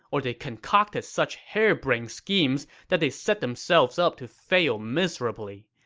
or they concocted such hair-brained schemes that they set themselves up to fail miserably.